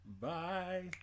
bye